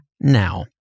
now